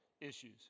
issues